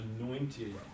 anointed